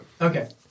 Okay